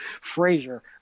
Frazier